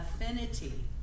affinity